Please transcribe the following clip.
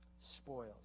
spoils